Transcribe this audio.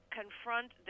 confront